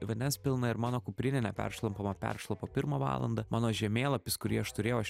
vandens pilna ir mano kuprinė neperšlampama peršlapo pirmą valandą mano žemėlapis kurį aš turėjau aš